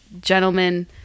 gentlemen